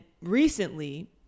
recently